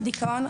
לדיכאון,